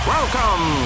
Welcome